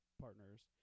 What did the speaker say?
partners